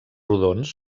rodons